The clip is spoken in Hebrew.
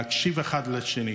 להקשיב אחד לשני,